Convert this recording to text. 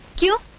you